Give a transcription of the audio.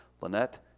Lynette